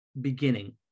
beginning